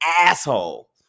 asshole